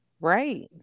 right